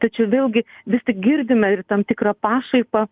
tačiau vėlgi vis tik girdime ir tam tikrą pašaipą